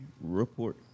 report